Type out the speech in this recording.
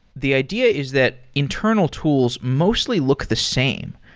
the idea is that internal tools mostly look the same.